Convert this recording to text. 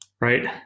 right